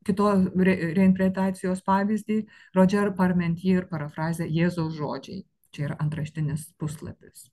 kitos reinterprezentacijos pavyzdį rodžer parmentji ir parafrazė jėzaus žodžiai čia yra antraštinis puslapis